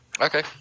Okay